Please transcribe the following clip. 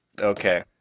Okay